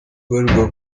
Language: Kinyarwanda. ibarirwa